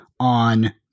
On